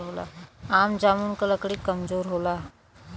आम जामुन क लकड़ी कमजोर होला